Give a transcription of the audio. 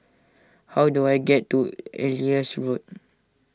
how do I get to Elias Road